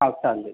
हो चालेल